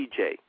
DJ